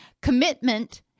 Commitment